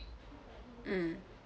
mm